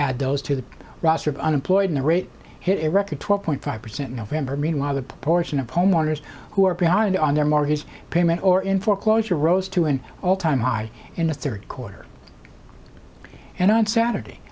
add those to the roster of unemployment rate hit a record twelve point five percent in november meanwhile the proportion of homeowners who are behind on their mortgage payment or in foreclosure rose to an all time high in the third quarter and on saturday